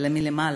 אלא מלמעלה,